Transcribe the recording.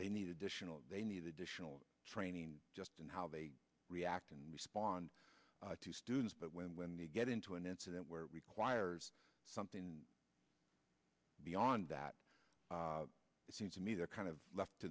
they need additional they need additional training just in how they react and respond to students but when when they get into an incident where requires something beyond that it seems to me they're kind of left